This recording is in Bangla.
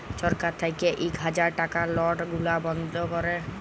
ছরকার থ্যাইকে ইক হাজার টাকার লট গুলা বল্ধ ক্যরে